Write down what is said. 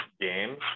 games